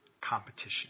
competition